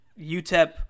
UTEP